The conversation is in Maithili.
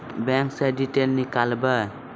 बैंक से डीटेल नीकालव?